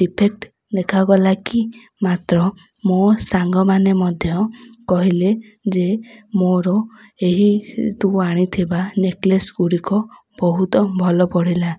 defect ଦେଖାାଗଲା କି ମାତ୍ର ମୋ ସାଙ୍ଗମାନେ ମଧ୍ୟ କହିଲେ ଯେ ମୋର ଏହି ତୁ ଆଣିଥିବା ନେକଲେସ୍ ଗୁଡ଼ିକ ବହୁତ ଭଲ ପଡ଼ିଲା